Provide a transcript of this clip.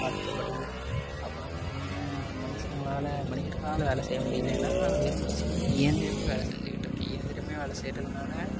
பாதிக்கப்படுது அப்புறம் பார்த்திங்கன்னா மனுஷங்களால் மனிதர்களால் வேலை செய்யமுடியலைன்னா வெறும் சின்ன இயந்திரமே வேலை செஞ்சிக்கிட்டுருக்கு இயந்திரமே வேலை செய்யறதுனால